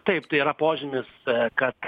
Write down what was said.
taip tai yra požymis kad